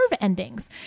endings